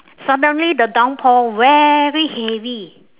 suddenly the downpour very heavy